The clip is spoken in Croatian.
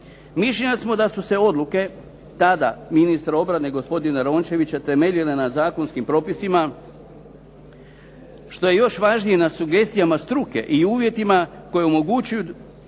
Mišljenja smo da su se odluke tada ministra obrane gospodina Rončevića temeljile na zakonskim propisima, što je još važnije na sugestijama struke i uvjetima koji omogućuju